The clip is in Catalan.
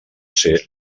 ser